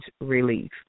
relief